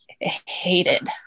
hated